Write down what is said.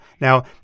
Now